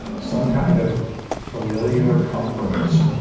some kind of familiar comfort,